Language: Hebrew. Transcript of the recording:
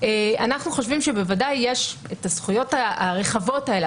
אנחנו חושבים שבוודאי יש את הזכויות הרחבות האלה,